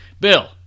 Bill